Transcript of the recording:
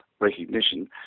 recognition